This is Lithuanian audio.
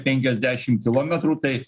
penkiasdešim kilometrų tai